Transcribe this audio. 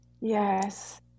yes